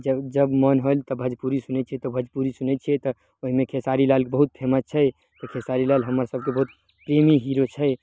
जब जब मोन होइल तऽ भोजपुरी सुनै छियै तऽ भोजपुरी सुनै छियै तऽ ओहिमे खेसारी लालके बहुत फेमस छै तऽ खेसारी लाल हम्मर सबके बहुत फिल्मी हीरो छै